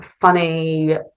funny